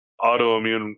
autoimmune